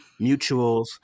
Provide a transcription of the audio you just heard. mutuals